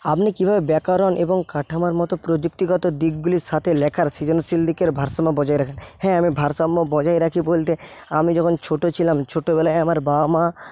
আপনি কীভাবে ব্যাকরণ এবং কাঠামোর মত প্রযুক্তিগত দিকগুলির সাথে লেখার সৃজনশীল দিকের ভারসাম্য বজায় রাখেন হ্যাঁ আমি ভারসাম্য বজায় রাখি বলতে আমি যখন ছোটো ছিলাম ছোটোবেলায় আমার বাবা মা